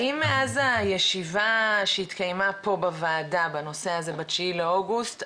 האם מאז הישיבה שהתקיימה פה בוועדה בנושא הזה בתשעה באוגוסט,